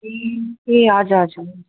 ए हजुर हजुर